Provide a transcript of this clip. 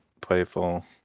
playful